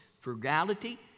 frugality